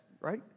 right